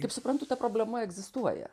kaip suprantu ta problema egzistuoja